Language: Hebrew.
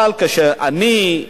אבל כשאני,